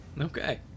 Okay